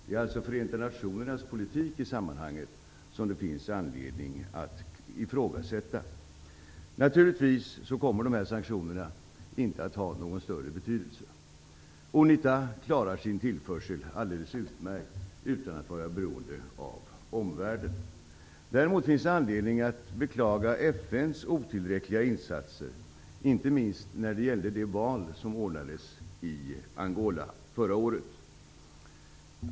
Det är Förenta nationernas politik i sammanhanget som det finns anledning att ifrågasätta. Naturligtvis kommer dessa sanktioner inte att ha någon större betydelse. Unita klarar sin tillförsel alldeles utmärkt utan att vara beroende av omvärlden. Däremot finns det anledning att beklaga FN:s otillräckliga insatser, inte minst när det gäller det val som ordnades i Angola förra året.